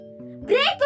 break